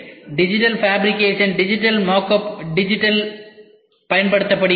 digital fabrication digital mock up இது digital பயன்படுத்தப்படுகிறது